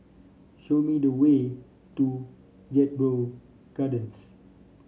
show me the way to Jedburgh Gardens